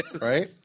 right